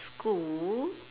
school